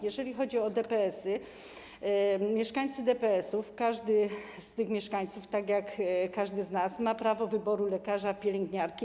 Jeżeli chodzi o DPS-y, mieszkańcy DPS-ów, każdy z tych mieszkańców, tak jak każdy z nas, ma prawo wyboru lekarza, pielęgniarki.